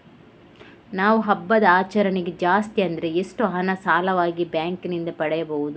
ನಾವು ಹಬ್ಬದ ಆಚರಣೆಗೆ ಜಾಸ್ತಿ ಅಂದ್ರೆ ಎಷ್ಟು ಹಣ ಸಾಲವಾಗಿ ಬ್ಯಾಂಕ್ ನಿಂದ ಪಡೆಯಬಹುದು?